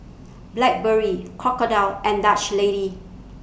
Blackberry Crocodile and Dutch Lady